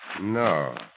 No